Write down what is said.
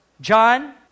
John